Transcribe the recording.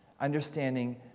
understanding